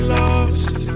lost